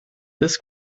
this